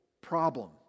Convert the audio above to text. problem